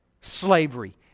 slavery